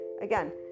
again